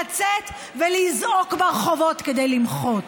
לצאת ולזעוק ברחובות כדי למחות.